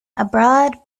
abroad